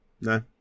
No